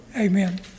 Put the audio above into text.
Amen